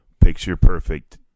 picture-perfect